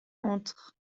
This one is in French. entre